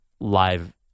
live